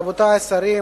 רבותי השרים,